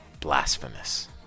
blasphemous